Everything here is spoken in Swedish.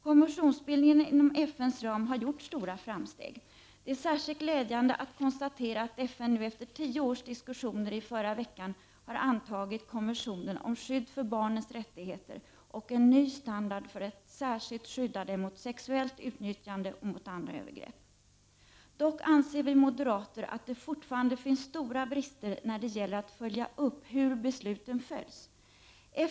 Konventionsbildningen inom FN:s ram har gjort stora framsteg. Det är särskilt glädjande att konstatera, att FN nu efter tio års diskussioner i förra veckan har antagit konventionen om skydd för barnens rättigheter och en ny standard för att särskilt skydda dem mot sexuellt utnyttjande och mot andra övergrepp. Dock anser vi moderater att det fortfarande finns stora brister när det gäller att följa upp hur besluten följs.